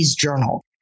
Journal